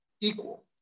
equal